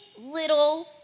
little